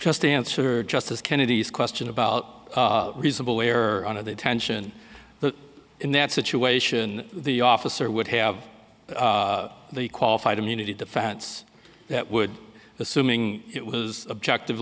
just answer justice kennedy's question about reasonable way or one of the tension in that situation the officer would have the qualified immunity defense that would assuming it was objective